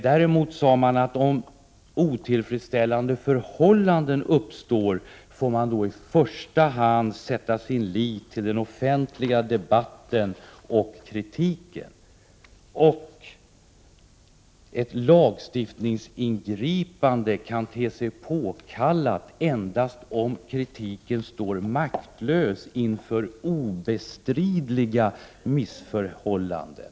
Däremot sade man, att om otillfredsställande förhållanden uppstår, får man i första hand sätta sin lit till den offentliga debatten och kritiken. Man sade också att ett lagstiftningsingripande kan te sig påkallat endast om kritiken står maktlös inför obestridliga missförhållanden.